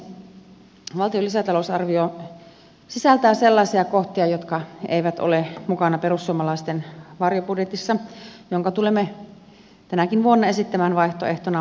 valtion lisätalousarvio sisältää sellaisia kohtia jotka eivät ole mukana perussuomalaisten varjobudjetissa jonka tulemme tänäkin vuonna esittämään vaihtoehtonamme